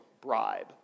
bribe